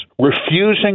refusing